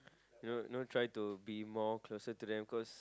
you know you know try to be more closer to them cause